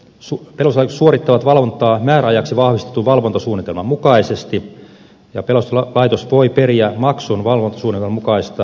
pelastuslaitokset suorittavat valvontaa määräajaksi vahvistetun valvontasuunnitelman mukaisesti ja pelastuslaitos voi periä maksun valvontasuunnitelman mukaisesta palotarkastuksesta